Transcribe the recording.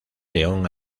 león